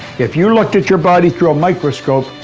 if you looked at your body through a microscope,